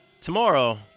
tomorrow